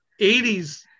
80s